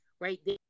right